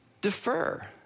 defer